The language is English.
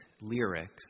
lyrics